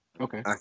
Okay